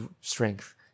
strength